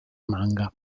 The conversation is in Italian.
manga